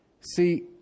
See